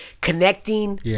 connecting